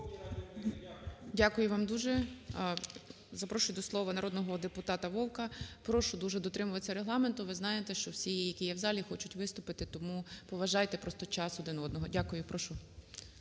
Дякую вам дуже. Запрошую до слова народного депутата Вовка. Прошу дуже дотримуватися регламенту, ви знаєте, що всі, які є в залі, хочуть виступити, тому поважайте просто час один одного. Дякую. Прошу.